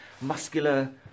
muscular